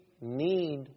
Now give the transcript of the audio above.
need